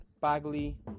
bagley